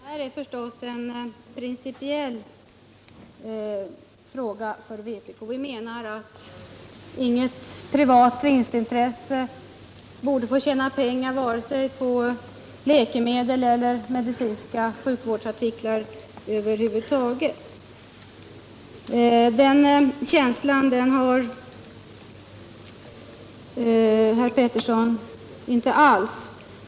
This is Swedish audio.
Herr talman! Detta är en principiell fråga för vpk. Vi menar att inget privat vinstintresse borde få tjäna pengar vare sig på läkemedel eller medicinska sjukvårdsartiklar över huvud taget. Karl-Anders Petersson har inte alls denna känsla.